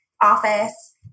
office